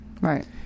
right